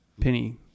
Penny